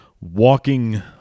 walking